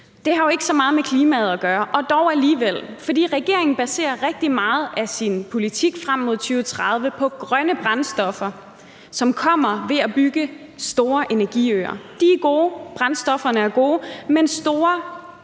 Det har jo ikke så meget med klimaet at gøre, og dog alligevel. For regeringen baserer rigtig meget af sin politik frem mod 2030 på grønne brændstoffer, som kommer ved at bygge store energiøer. De er gode, brændstofferne er gode, men store